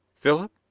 philip?